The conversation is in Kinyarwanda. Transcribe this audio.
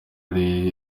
ari